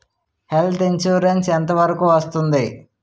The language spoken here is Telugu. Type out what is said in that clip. హెల్త్ ఇన్సురెన్స్ ఎంత వరకు వస్తుంది?